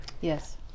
Yes